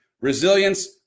resilience